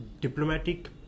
diplomatic